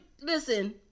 listen